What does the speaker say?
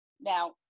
now